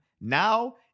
now